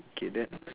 K then